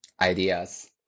ideas